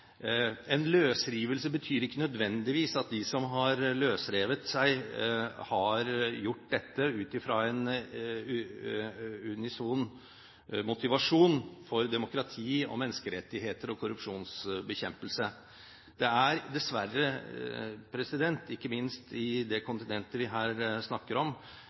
har løsrevet seg, har gjort dette ut fra en unison motivasjon for demokrati og menneskerettigheter og korrupsjonsbekjempelse. Det er dessverre, ikke minst i det kontinentet vi her snakker om,